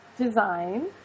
design